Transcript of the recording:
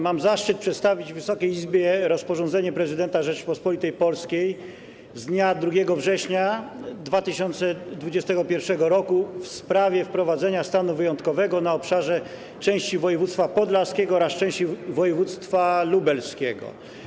Mam zaszczyt przedstawić Wysokiej Izbie rozporządzenie prezydenta Rzeczypospolitej Polskiej z dnia 2 września 2021 r. w sprawie wprowadzenia stanu wyjątkowego na obszarze części województwa podlaskiego oraz części województwa lubelskiego.